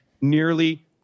nearly